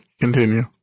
Continue